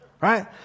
right